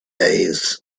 days